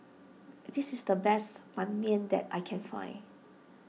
this is the best Ban Mian that I can find